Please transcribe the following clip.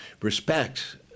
respect